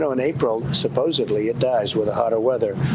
so in april, supposedly, it dies with the hotter weather.